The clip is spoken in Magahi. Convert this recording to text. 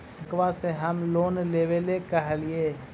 बैंकवा से हम लोन लेवेल कहलिऐ?